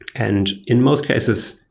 and in most cases,